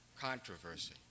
controversy